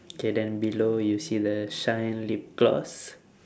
K then below you see the shine lip gloss